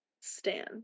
stan